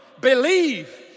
believe